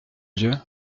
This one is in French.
vieux